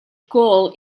call